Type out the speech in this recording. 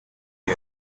end